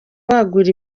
wagura